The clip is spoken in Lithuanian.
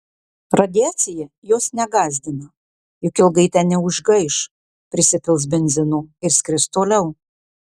radiacija jos negąsdina juk ilgai ten neužgaiš prisipils benzino ir skris toliau